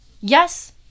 yes